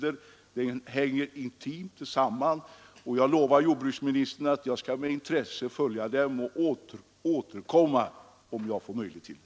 Jag lovar jordbruksministern att jag med intresse skall följa frågan och återkomma om jag får möjlighet till det.